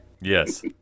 Yes